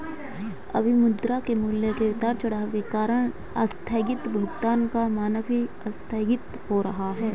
अभी मुद्रा के मूल्य के उतार चढ़ाव के कारण आस्थगित भुगतान का मानक भी आस्थगित हो रहा है